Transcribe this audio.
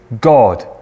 God